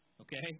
Okay